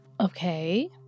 Okay